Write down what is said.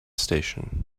station